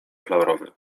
laurowy